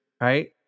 right